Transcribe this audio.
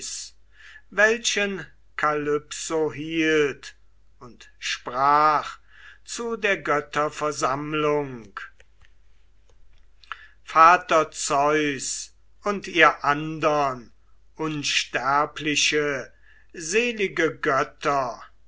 vor zorn und sprach zu den ewigen göttern vater zeus und ihr andern unsterbliche selige götter